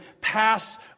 pass